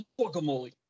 guacamole